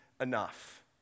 enough